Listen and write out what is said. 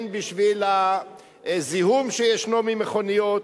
הן בגלל הזיהום ממכוניות,